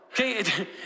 Okay